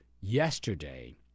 yesterday